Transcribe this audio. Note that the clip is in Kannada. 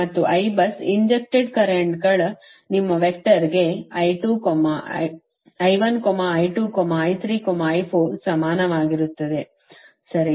ಮತ್ತು Ibus ಇಂಜೆಕ್ಟೆಡ್ ಕರೆಂಟ್ಗಳ ನಿಮ್ಮ ವೆಕ್ಟರ್ಗೆ ಸಮಾನವಾಗಿರುತ್ತದೆ ಸರಿ